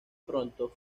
pronto